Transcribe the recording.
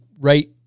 right